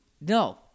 no